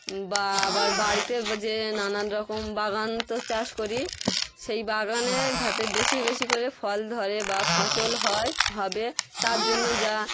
বা আবার বাড়িতে যে নানান রকম বাগান তো চাষ করি সেই বাগানে যাতে বেশি বেশি করে ফল ধরে বা ফসল হয় হবে তার জন্য যা